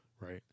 right